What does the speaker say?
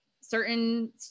certain